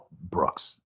Brooks